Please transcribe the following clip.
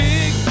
Big